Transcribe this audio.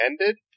ended